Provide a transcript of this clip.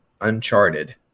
Uncharted